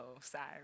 sorry